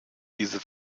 diese